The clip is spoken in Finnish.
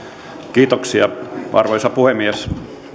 kiitoksia arvoisa puhemies